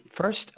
first